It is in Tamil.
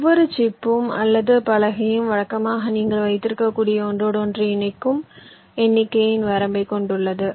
ஒவ்வொரு சிப்பும் அல்லது பலகையும் வழக்கமாக நீங்கள் வைத்திருக்கக்கூடிய ஒன்றோடொன்று இணைக்கும் எண்ணிக்கையின் வரம்பைக் கொண்டுள்ளது